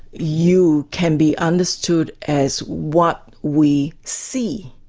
you can be understood as what we see.